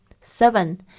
Seven